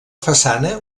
façana